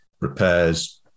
repairs